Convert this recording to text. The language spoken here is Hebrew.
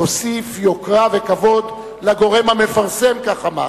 תוסיף יוקרה וכבוד לגורם המפרסם", כך אמר,